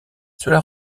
cela